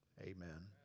Amen